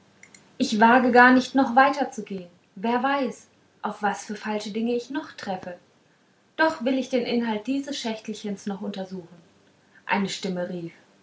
ich wage gar nicht noch weiterzugehen wer weiß auf was für falsche dinge ich noch treffe doch will ich den inhalt dieses schächtelchens noch untersuchen eine stimme rief